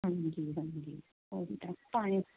ਹਾਂਜੀ ਹਾਂਜੀ ਉਹੀ ਤਾਂ ਪਾਣੀ